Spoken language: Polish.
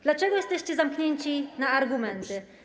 Dlaczego jesteście zamknięci na argumenty?